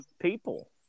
people